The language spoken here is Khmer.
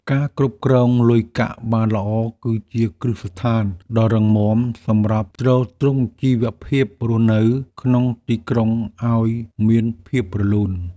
ការគ្រប់គ្រងលុយកាក់បានល្អ គឺជាគ្រឹះស្ថានដ៏រឹងមាំសម្រាប់ទ្រទ្រង់ជីវភាពរស់នៅក្នុងទីក្រុងឱ្យមានភាពរលូន។